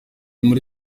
muri